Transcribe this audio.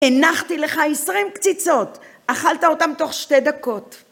הנחתי לך עשרים קציצות, אכלת אותם תוך שתי דקות.